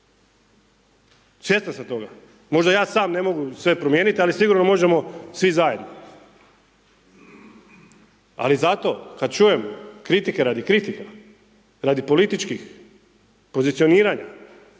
svjestan sam toga. Možda ja sam ne mogu sve promijeniti ali sigurno da možemo svi zajedno. Ali zato kada čujem kritike radi kritika, radi političkih pozicioniranja